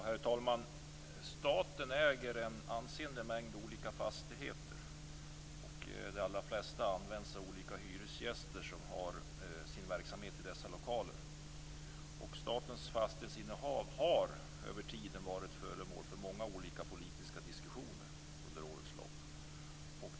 Herr talman! Staten äger en ansenlig mängd olika fastigheter. De allra flesta används av olika hyresgäster som har sin verksamhet i dessa lokaler. Statens fastighetsinnehav har varit föremål för många olika politiska diskussioner under årens lopp.